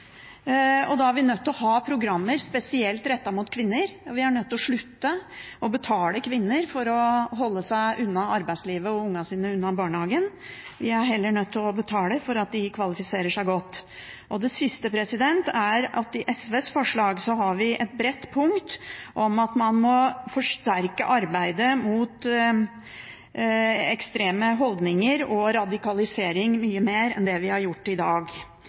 Da er vi nødt til å ha program spesielt rettet mot kvinner, og vi er nødt til å slutte å betale kvinner for å holde seg unna arbeidslivet og ungene sine unna barnehagen. Vi er heller nødt til å betale for at de kvalifiserer seg godt. Det siste er at i SVs forslag har vi et bredt punkt om at man må forsterke arbeidet mot ekstreme holdninger og radikalisering mye mer enn det vi har gjort i dag.